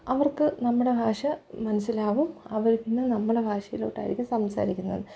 അവർക്ക് നമ്മുടെ ഭാഷ മനസ്സിലാവും അവർ പിന്നെ നമ്മുടെ ഭാഷയിലോട്ടായിരിക്കും സംസാരിക്കുന്നത്